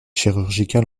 chirurgicale